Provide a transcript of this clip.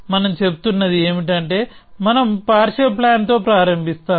మనం చెబుతున్నది ఏమిటంటే మనం పార్షియల్ ప్లాన్ తో ప్రారంభిస్తాము